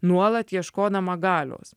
nuolat ieškodama galios